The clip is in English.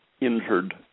injured